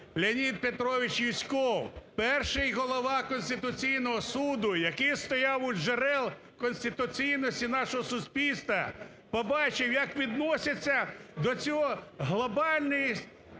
Леонід Петрович Єськов, перший голова Конституційного Суду, який стояв у джерел конституційності нашого суспільства побачив як відносяться до цього глобального